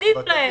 עדיף להם.